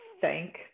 thank